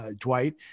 Dwight